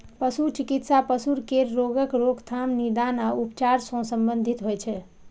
पशु चिकित्सा पशु केर रोगक रोकथाम, निदान आ उपचार सं संबंधित होइ छै